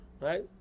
right